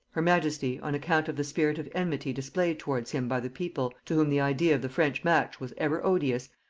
her majesty, on account of the spirit of enmity displayed towards him by the people, to whom the idea of the french match was ever odious,